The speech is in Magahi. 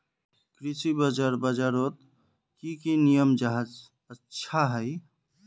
कृषि बाजार बजारोत की की नियम जाहा अच्छा हाई?